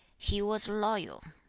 he was loyal